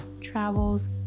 travels